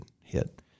hit